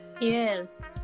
Yes